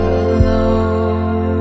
alone